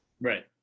Right